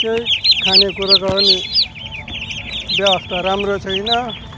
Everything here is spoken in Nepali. केही खानेकुरोको पनि व्यवस्था राम्रो छैन